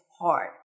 hard